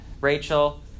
Rachel